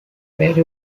perry